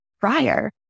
prior